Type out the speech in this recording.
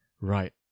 Right